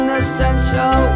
essential